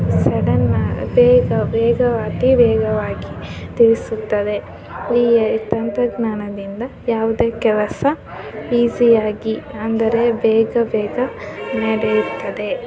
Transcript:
sudden ಆ ವೇಗ ವೇಗವಾಗಿ ಅತೀ ವೇಗವಾಗಿ ತಿಳಿಸುತ್ತದೆ ಈ ತಂತ್ರಜ್ಞಾನದಿಂದ ಯಾವುದೇ ಕೆಲಸ ಈಸಿಯಾಗಿ ಅಂದರೆ ಬೇಗ ಬೇಗ ನಡೆಯುತ್ತದೆ